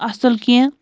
اَصٕل کیٚنٛہہ